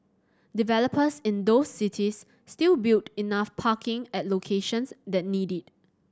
developers in those cities still build enough parking at locations that need it